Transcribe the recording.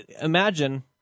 imagine